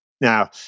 Now